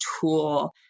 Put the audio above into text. tool